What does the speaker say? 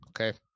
Okay